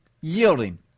yielding